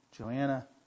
Joanna